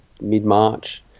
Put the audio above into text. mid-March